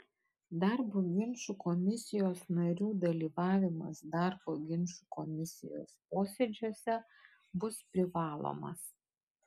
darbo ginčų komisijos narių dalyvavimas darbo ginčų komisijos posėdžiuose bus privalomas